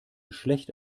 schlecht